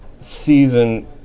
season